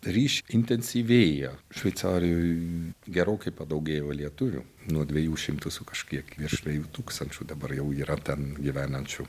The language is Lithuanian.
ryšiai intensyvėja šveicarijoj gerokai padaugėjo lietuvių nuo dviejų šimtų su kažkiek virš dviejų tūkstančių dabar jau yra ten gyvenančių